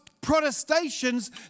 Protestations